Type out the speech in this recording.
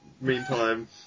meantime